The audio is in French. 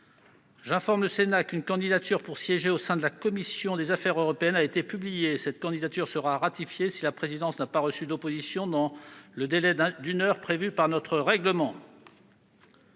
J'informe le Sénat qu'une candidature pour siéger au sein de la commission des affaires européennes a été publiée. Cette candidature sera ratifiée si la présidence n'a pas reçu d'opposition dans le délai d'une heure prévu par notre règlement.